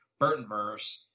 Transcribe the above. Burtonverse